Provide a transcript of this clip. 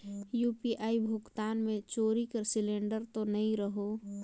UPI भुगतान मे चोरी कर सिलिंडर तो नइ रहु?